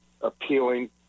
appealing